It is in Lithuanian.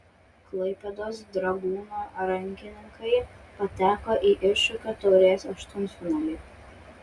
klaipėdos dragūno rankininkai pateko į iššūkio taurės aštuntfinalį